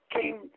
came